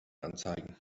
anzeigen